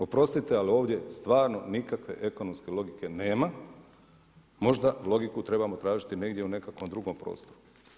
Oprostite, ali ovdje stvarno nikakve ekonomske logike nema, možda logiku trebamo tražiti negdje u nekakvom drugom prostoru.